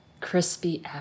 Crispy